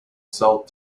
sold